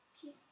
peace